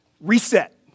reset